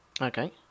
Okay